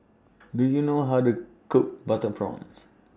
Do YOU know How to Cook Butter Prawns